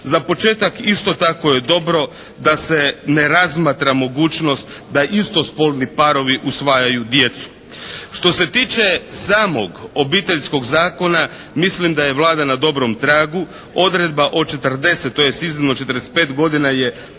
Za početak isto tako je dobro da se ne razmatra mogućnost da istospolni parovi usvajaju djecu. Što se tiče samog Obiteljskog zakona mislim da je Vlada na dobrom tragu odredba od 40, tj. iznimno 45 godina je